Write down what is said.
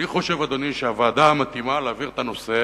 אני חושב, אדוני, שהוועדה המתאימה להעביר את הנושא